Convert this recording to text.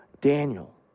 Daniel